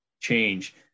change